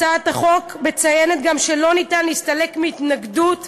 הצעת החוק מציינת שלא ניתן להסתלק מהתנגדות,